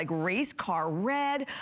like racecar red,